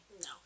No